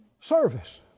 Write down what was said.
Service